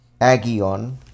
agion